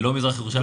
ללא מזרח ירושלים,